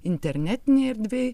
internetinėj erdvėj